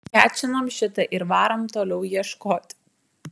kečinam šitą ir varom toliau ieškot